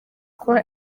kuba